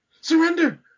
surrender